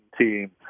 team